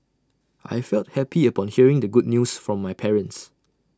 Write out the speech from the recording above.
I felt happy upon hearing the good news from my parents